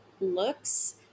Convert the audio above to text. looks